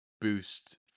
boost